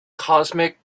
cosmic